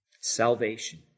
Salvation